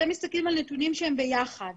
אתם מסתכלים על הנתונים יחד.